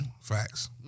Facts